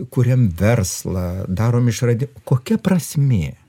kuriam verslą darom išradi kokia prasmė